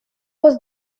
was